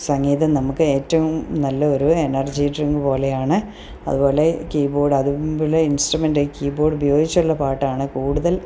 സംഗീതം നമുക്ക് ഏറ്റവും നല്ല ഒരു എനർജി ഡ്രിങ്ക് പോലെയാണ് അതു പോലെ കീബോഡ് അതും മുമ്പിൽ ഇൻസ്ട്രുൻറ്റെ കീബോഡ് ഉപയോഗിച്ചുള്ള പാട്ടാണ് കൂടുതൽ